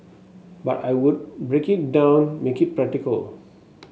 but I would break it down make it practical